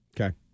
okay